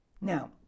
Now